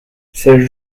ces